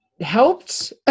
helped